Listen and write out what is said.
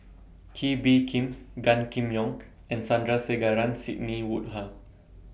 Kee Bee Khim Gan Kim Yong and Sandrasegaran Sidney Woodhull